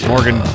Morgan